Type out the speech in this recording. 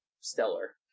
stellar